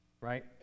right